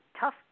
tough